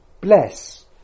bless